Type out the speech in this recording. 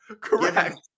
Correct